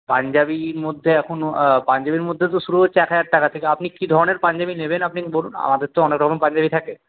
পাঞ্জাবির মধ্যে এখনো পাঞ্জাবির মধ্যে তো শুরু হচ্ছে এক হাজার টাকা থেকে আপনি কী ধরনের পাঞ্জাবি নেবেন আপনি বলুন আমাদের তো অনেক রকম পাঞ্জাবি থাকে